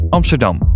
Amsterdam